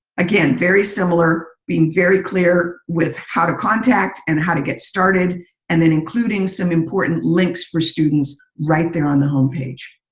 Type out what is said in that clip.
again, very similar, being very clear with how to contact and how to get started and then including some important links for students right there on the home page.